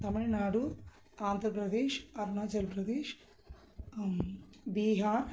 Tamil Nadu Andhra Pradesh Arunachal Pradesh Bihar